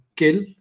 kill